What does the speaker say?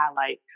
highlight